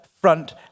front